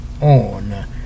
on